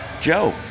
Joe